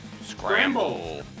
Scramble